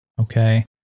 okay